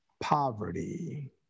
poverty